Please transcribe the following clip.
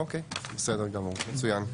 אוקיי, בסדר גמור, מצוין.